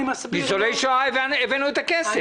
עבור ניצולי שואה הבאנו את הכסף.